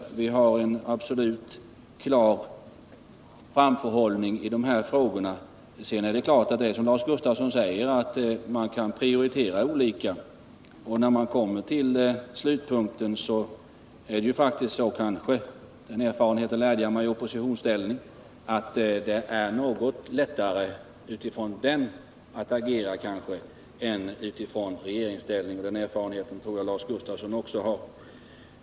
Sedan är det klart att det är som Lars Gustafsson säger, att man kan prioritera olika. När man kommer till slutpunkten är det faktiskt så — den erfårenheten lärde jag mig i oppositionsställning — att det är något lättare att agera utifrån den positionen än vad det är utifrån regeringsställning. Den erfarenheten tror jag att Lars Gustafsson också har.